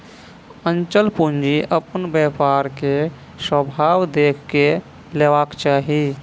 अचल पूंजी अपन व्यापार के स्वभाव देख के लेबाक चाही